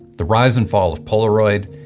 the rise and fall of polaroid,